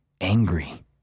angry